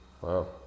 Wow